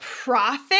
profit